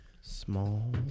small